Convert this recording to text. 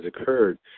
occurred